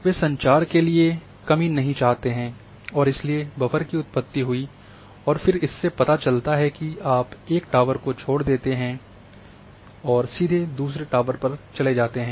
वे संचार के लिए कमी नहीं चाहते हैं और इसलिए बफ़र की उत्पत्ति हुई है और फिर इससे पता चलता है कि आप एक टॉवर को छोड़ देते हैं सीधे दूसरे टॉवर पर चले जाते हैं